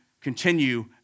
continue